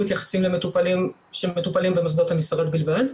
מתייחסים למטופלים במוסדות המשרד בלבד,